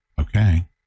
Okay